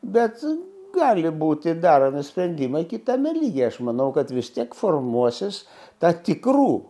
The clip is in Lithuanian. bet gali būti daromi sprendimai kitame lygyje aš manau kad vis tiek formuosis ta tikrų